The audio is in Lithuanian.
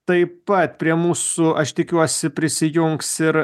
taip pat prie mūsų aš tikiuosi prisijungs ir